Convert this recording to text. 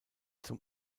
zum